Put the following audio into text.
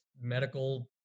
medical